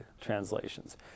translations